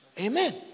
amen